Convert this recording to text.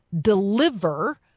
deliver